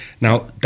Now